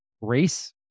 Race